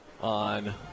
on